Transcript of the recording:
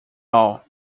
all